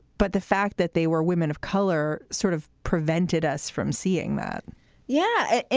but the fact that they were women of color sort of prevented us from seeing that yeah.